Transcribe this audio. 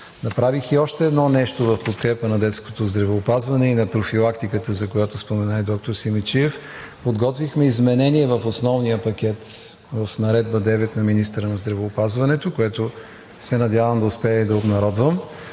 Направих и още едно нещо в подкрепа на детското здравеопазване и на профилактиката, за която спомена и доктор Симидчиев – подготвихме изменение в основния пакет – в Наредба № 9 на министъра на здравеопазването, което се надявам да успея и да обнародвам